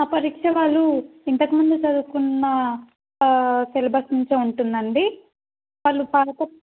పరీక్ష వాళ్ళు ఇంతకు ముందు చదువుకున్నా ఆ సిలబస్ నుంచే ఉంటుందండి వాళ్ళు